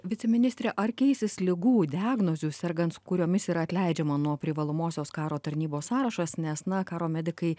viceministre ar keisis ligų diagnozių sergant kuriomis yra atleidžiama nuo privalomosios karo tarnybos sąrašas nes na karo medikai